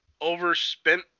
overspent